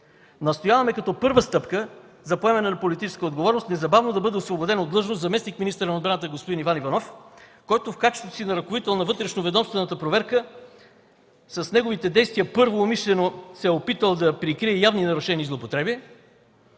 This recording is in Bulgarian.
Настояваме като първа стъпка за поемане на политическа отговорност незабавно да бъде освободен от длъжност заместник-министърът на отбраната господин Иван Иванов, който в качеството си на ръководител на вътрешно-ведомствената проверка с неговите действия, първо, умишлено се е опитал да прикрие явни нарушения и злоупотреби.